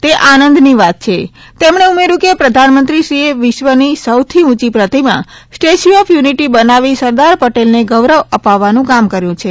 તે આનંદની વાત છે તેમણે ઉમેર્યુ કે પ્રધાનમંત્રીશ્રીએ વિશ્વની સૌથી ઉંચી પ્રતિમા સ્ટેચ્યુ ઓફ યુનિટી બનાવી સરદાર પટેલને ગૌરવ અપાવાનુ કામ કર્યું છે